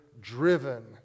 driven